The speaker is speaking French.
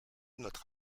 notre